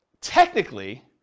technically